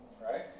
Right